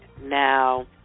Now